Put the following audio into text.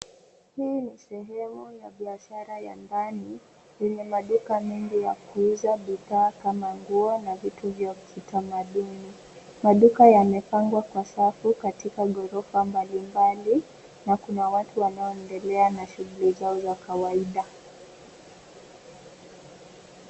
Hii ni sehemu ya biashara ya ndani yenye maduka mengi ya kuuza bidhaa kama nguo na vitu vya kitamaduni. Maduka yamepangwa kwa safu katika gorofa mbali mbali na kuna watu wanaoendelea na shughuli zao za kawaida.